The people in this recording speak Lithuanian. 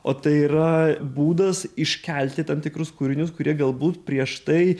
o tai yra būdas iškelti tam tikrus kūrinius kurie galbūt prieš tai